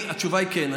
התשובה היא כן.